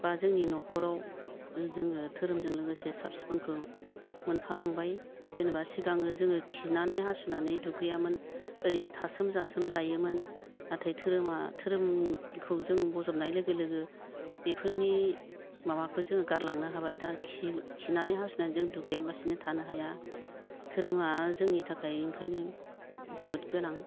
बा जोंनि न'खराव जोङो धोरोमजों लोगोसे साफ सिखोनखौ मोनफालांबाय जेनेबा सिगाङो जोङो खिनानै हासुनानै दुगैयामोन ओरैनो थासोम जासोम जायोमोन नाथाय धोरोमखौ जों बजबनाय लोगो लोगो बेफोरनि माबाखौ जों गारलांनो हाबाय दा खिनानै हासुनानै जों दुगैयालासिनो थानो हाया धोरोमा जोंनि थाखाय ओंखायनो जोबोद गोनां